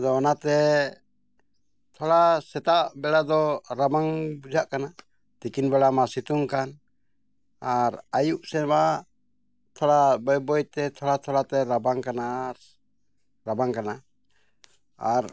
ᱟᱫᱚ ᱚᱱᱟᱛᱮ ᱛᱷᱚᱲᱟ ᱥᱮᱛᱟᱜ ᱵᱮᱲᱟ ᱫᱚ ᱨᱟᱵᱟᱝ ᱵᱩᱡᱷᱟᱹᱜ ᱠᱟᱱᱟ ᱛᱤᱠᱤᱱ ᱵᱮᱲᱟ ᱢᱟ ᱥᱤᱛᱩᱝ ᱠᱟᱱ ᱟᱨ ᱟᱭᱩᱵ ᱥᱮᱫᱢᱟ ᱛᱷᱚᱲᱟ ᱵᱟᱹᱭᱼᱵᱟᱹᱭᱛᱮ ᱛᱷᱚᱲᱟᱼᱛᱷᱚᱲᱟᱛᱮ ᱨᱟᱵᱟᱝ ᱠᱟᱱᱟ ᱟᱨ ᱨᱟᱵᱟᱝ ᱠᱟᱱᱟ ᱟᱨ